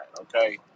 okay